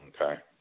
Okay